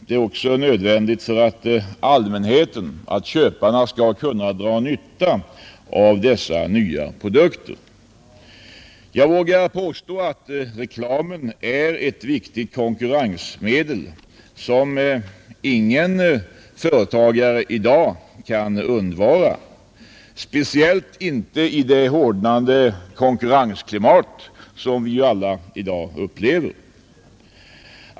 Den är också nödvändig för att allmänheten — köparna — skall kunna dra nytta av dessa nya produkter. Jag vågar påstå att reklamen är ett viktigt konkurrensmedel som ingen företagare i dag kan undvara, speciellt inte i det hårdnande konkurrensklimat som vi alla i dag upplever.